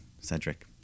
Cedric